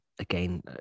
again